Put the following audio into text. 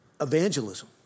evangelism